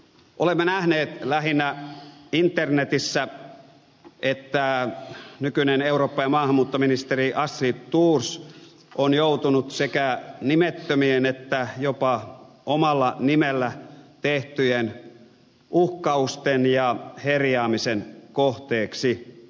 olemme nähneet lähinnä internetissä että nykyinen eurooppa ja maahanmuuttoministeri astrid thors on joutunut sekä nimettömien että jopa omalla nimellä tehtyjen uhkausten ja herjaamisten kohteeksi